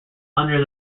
under